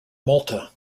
malta